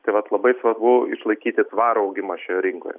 tai vat labai svarbu išlaikyti tvarų augimą šioje rinkoje